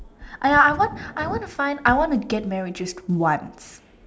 !aiya! I want I want to find I want to get married just once